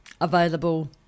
available